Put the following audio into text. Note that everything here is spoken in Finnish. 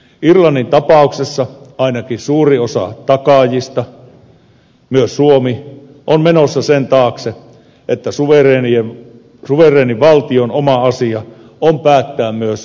irlannin tapauksessa ainakin suuri osa takaajista myös suomi on menossa sen taakse että suvereenin valtion oma asia on päättää myös yhteisöveron tasostaan